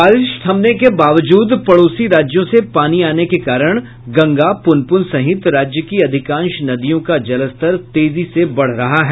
बारिश थमने के बावजूद पड़ोसी राज्यों से पानी आने के कारण गंगा पुनपुन सहित राज्य की अधिकांश नदियों का जलस्तर तेजी से बढ़ रहा है